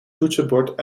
toetsenbord